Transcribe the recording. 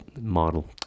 model